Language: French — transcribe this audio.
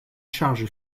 charge